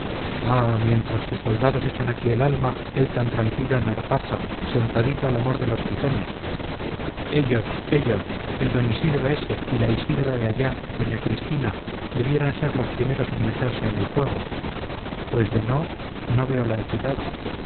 mientras sus soldados echaban aquí el alma él tan tranquilo en artaza sentadito al amor de los tizones ellos ellos el d isidro ese y la isidra de allá doña cristina debieran ser los primeros en meterse en el fuego pues de no no veo la equidad